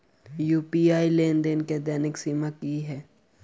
UPI लेनदेन केँ दैनिक सीमा की है?